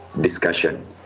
discussion